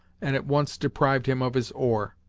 and at once deprived him of his oar.